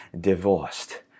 divorced